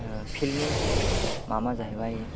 फिल्दनि मापआ जाहैबाय